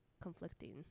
conflicting